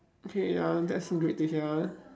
okay ya that's great to hear